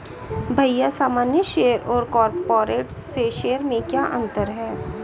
भैया सामान्य शेयर और कॉरपोरेट्स शेयर में क्या अंतर है?